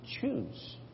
choose